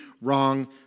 wrong